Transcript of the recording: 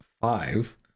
five